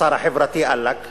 השר החברתי, עלק,